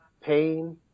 pain